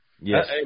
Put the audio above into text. Yes